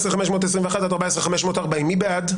14,521 עד 14,540, מי בעד?